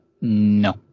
no